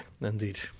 Indeed